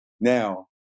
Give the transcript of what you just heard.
Now